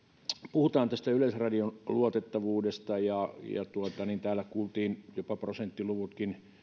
puhutaan yleisradion luotettavuudesta ja täällä kuultiin jopa prosenttiluvut